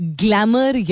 glamour